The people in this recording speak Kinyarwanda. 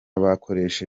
bakoresha